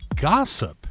gossip